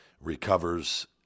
recovers